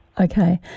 Okay